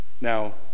Now